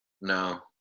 No